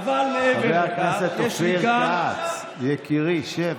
חבר הכנסת קרעי, קריאה